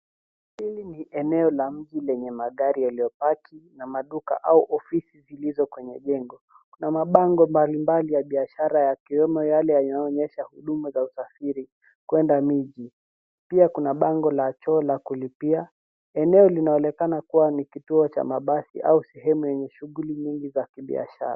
Hili ni eneo la mji lenye magari yaliyopaki na maduka au ofisi zilizo kwenye jengo. Kuna mabango mbalimbali ya biashara yakiwemo yale yanayoonyesha huduma za usafiri kwenda miji. Pia kuna bango la choo la kulipia .Eneo linaonekana kuwa ni kituo cha mabasi au sehemu yenye shughuli nyingi za kibiashara.